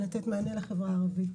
לתת מענה לחברה הערבית.